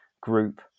group